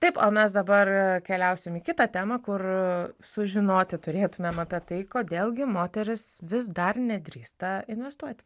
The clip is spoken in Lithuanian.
taip o mes dabar keliausim į kitą temą kur sužinoti turėtumėm apie tai kodėl gi moterys vis dar nedrįsta investuoti